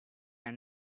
and